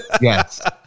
Yes